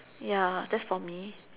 ya that's for me